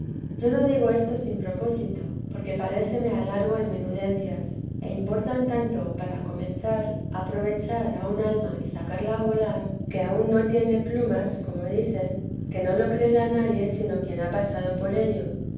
yo no digo esto sin propósito porque parece me alargo en menudencias e importan tanto para comenzar a aproteresa de jesús vechar a un alma y sacarla a volar que aun no tiene plumas como dicen que no lo creerá nadie sino quien ha pasado por ello